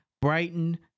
Brighton